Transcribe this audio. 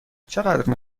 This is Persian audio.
چقدر